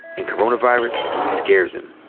and coronavirus scares him.